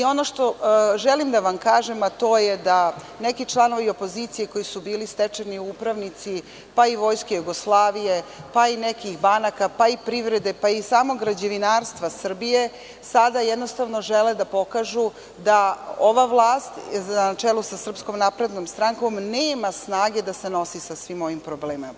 Ono što želim da vam kažem, a to je da neki članovi opozicije koji su bili stečeni upravnici, pa i Vojske Jugoslavije, pa i nekih banaka, pa i privrede, pa i samog građevinarstva Srbije, sada jednostavno žele da pokažu da ova vlast na čelu sa SNS nema snage da se nosi sa svim ovim problemima.